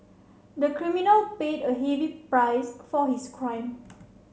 the criminal paid a heavy price for his crime